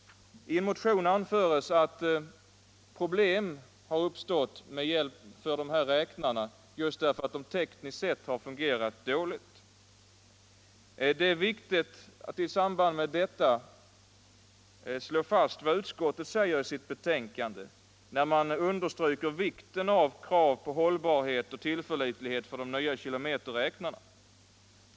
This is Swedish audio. I en motion anförs att problem har uppstått med dessa räknare därför att de tekniskt sett har fungerat dåligt. Det är viktigt att i samband med detta slå fast vad utskottet säger i sitt betänkande, när man understryker vikten av krav på hållbarhet och tillförlitlighet för de nya kilometerräknarna.